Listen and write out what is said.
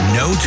no